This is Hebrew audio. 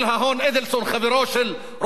חברו של ראש הממשלה,